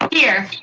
here.